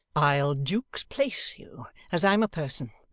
i'll duke's place you, as i'm a person.